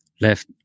left